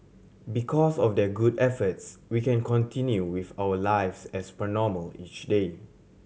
because of their good efforts we can continue with our lives as per normal each day